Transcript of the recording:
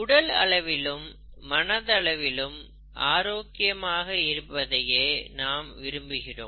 உடல் அளவிலும் மனதளவிலும் ஆரோக்கிய மாக இருப்பதையே நாம் விரும்புவோம்